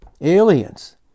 Aliens